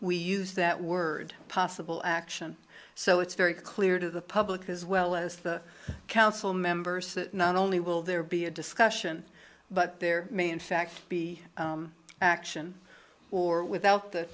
we use that word possible action so it's very clear to the public as well as the council members that not only will there be a discussion but there may in fact be action or without the